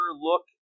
look